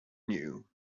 knew